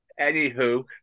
anywho